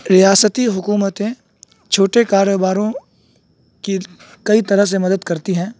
ریاستی حکومتیں چھوٹے کاروباروں کی کئی طرح سے مدد کرتی ہیں